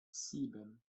sieben